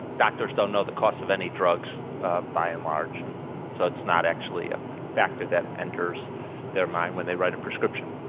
doctors don't know the cost of any drugs by and large, and so it's not actually a factor that enters their mind when they write a prescription.